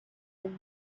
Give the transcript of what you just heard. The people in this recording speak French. camus